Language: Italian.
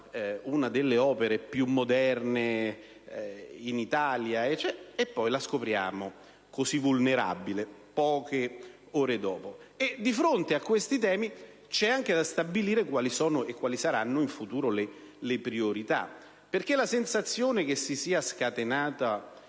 una delle opere più moderne in Italia, per poi scoprila così vulnerabile poche ore dopo. Di fronte a questi temi bisogna poi stabilire quali sono e quali saranno in futuro le priorità, perché la sensazione è che questo problema